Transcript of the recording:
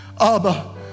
Abba